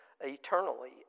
eternally